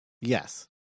Yes